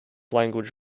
language